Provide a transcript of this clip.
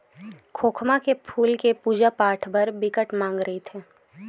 खोखमा के फूल के पूजा पाठ बर बिकट मांग रहिथे